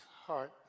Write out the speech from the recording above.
heart